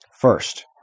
First